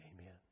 Amen